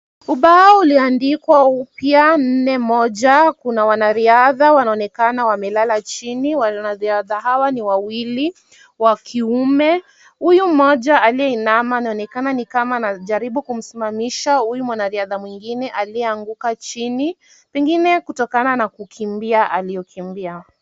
Ubao ulioandikwa upya nne moja. Kuna wanariadha wanaonekana wamelala chini. Wanariadha hawa ni wawili, wa kiume. Huyu mmoja aliyeinama anaonekana ni kama anajaribu kumsimamisha huyu mwanariadha mwingine aliyeanguka chini, pengene kutokana na kukimbia aliyokimbia.